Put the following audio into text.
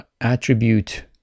attribute